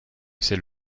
c’est